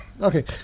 Okay